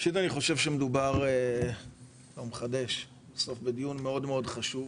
ראשית אני חושב שמדובר בדיון מאוד-מאוד חשוב.